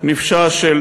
נפשע של